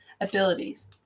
abilities